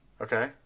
Okay